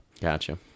Gotcha